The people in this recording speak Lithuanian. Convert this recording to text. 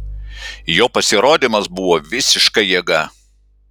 jo pasirodymas buvo visiška jėga